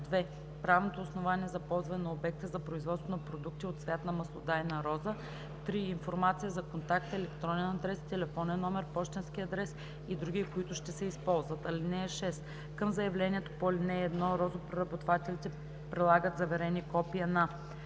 2. правното основание за ползване на обекта за производство на продукти от цвят на маслодайна роза; 3. информация за контакт – електронен адрес, телефонен номер, пощенски адрес и други, които ще се използват. (6) Към заявлението по ал. 1 розопреработвателите прилагат заверени копия на: